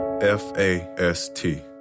F-A-S-T